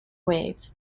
waves